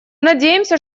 надеемся